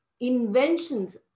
inventions